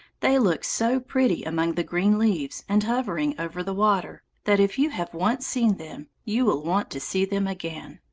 they look so pretty among the green leaves, and hovering over the water, that if you have once seen them, you will want to see them again.